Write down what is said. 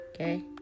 okay